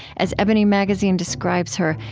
as ebony magazine describes her,